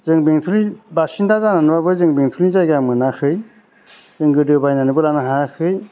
जों बेंटलनि बासिन्दा जानानैबाबो जों बेंटलनि जायगा मोनाखै जों गोदो बायनानैबो लानो हायाखै